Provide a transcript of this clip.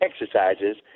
exercises